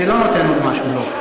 זה לא נותן עוד משהו, לא.